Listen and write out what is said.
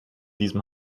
diesem